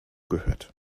gehört